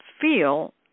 feel